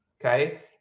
okay